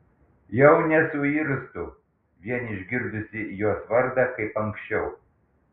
jau nesuirztu vien išgirdusi jos vardą kaip anksčiau